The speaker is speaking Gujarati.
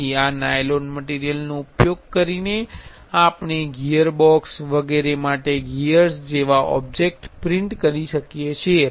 તેથી આ નાયલોન મટીરિયલનો ઉપયોગ કરીને આપણે ગિઅરબોક્સ વગેરે માટે ગિઅર્સ જેવા ઓબ્જેક્ટ્સ પ્રિંટ કરી શકીએ છીએ